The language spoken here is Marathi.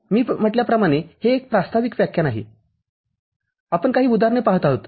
मी म्हटल्याप्रमाणे हे एक प्रास्ताविक व्याख्यान आहे आपण काही उदाहरणे पाहत आहोत